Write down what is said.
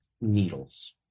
needles